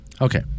Okay